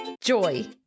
joy